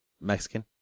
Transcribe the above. Mexican